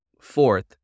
Fourth